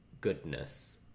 goodness